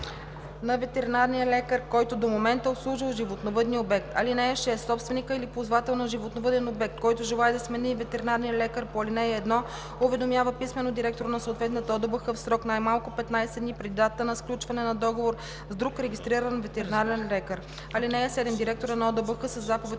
на ветеринарния лекар, който до момента е обслужвал животновъдния обект. (6) Собственик или ползвател на животновъден обект, който желае да смени ветеринарния лекар по ал. 1, уведомява писмено директора на съответната ОДБХ в срок най-малко 15 дни преди датата на сключване на договор с друг регистриран ветеринарен лекар. (7) Директорът на ОДБХ със заповед